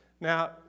Now